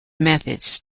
methods